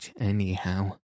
anyhow